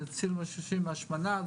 זה הציל אנשים מהשמנה,